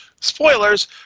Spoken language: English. Spoilers